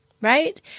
right